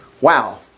Wow